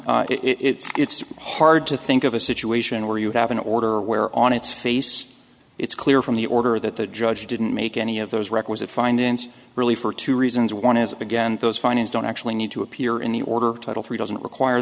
one it's hard to think of a situation where you have an order where on its face it's clear from the order that the judge didn't make any of those requisite findings really for two reasons one is again those findings don't actually need to appear in the order of title three doesn't require